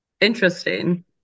interesting